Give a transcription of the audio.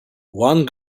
one